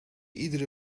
iedere